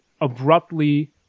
abruptly